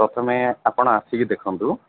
ପ୍ରଥମେ ଆପଣ ଆସିକି ଦେଖନ୍ତୁ